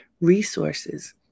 resources